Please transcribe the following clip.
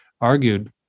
argued